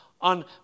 on